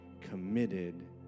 committed